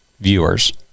viewers